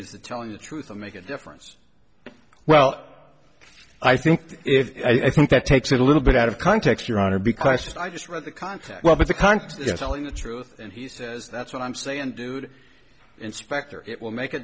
is that telling the truth make a difference well i think if i think that takes a little bit out of context your honor be questions i just read the context well but the context the truth and he says that's what i'm saying dude inspector it will make a